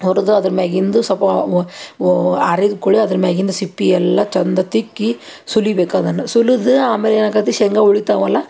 ಹುರಿದು ಅದ್ರ ಮ್ಯಾಲಿಂದು ಸೊಲ್ಪ ವ ಆರಿದ ಕುಳೆ ಅದ್ರ ಮ್ಯಾಗಿಂದು ಸಿಪ್ಪೆ ಎಲ್ಲ ಚಂದ ತಿಕ್ಕಿ ಸುಲಿಬೇಕು ಅದನ್ನು ಸುಲುದು ಆಮೇಲೆ ಏನಾಕತ್ತಿ ಶೇಂಗಾ ಉಳೀತಾವಲ್ಲ